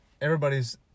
everybody's